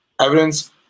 Evidence